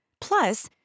Plus